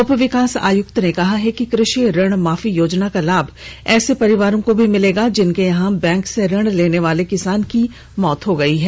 उपविकास आयुक्त ने कहा है कि कृषि ऋण माफी योजना का लाभ ऐसे परिवार को भी मिलेगा जिनके यहां बैंक से ऋण लेने वाले किसान की मौत हो गई है